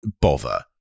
bother